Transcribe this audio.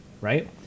right